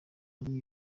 ari